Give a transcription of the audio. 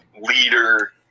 leader